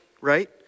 right